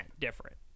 different